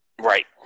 Right